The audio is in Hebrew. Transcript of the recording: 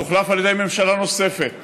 תוחלף על ידי ממשלה נוספת,